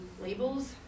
labels